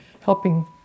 helping